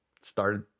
started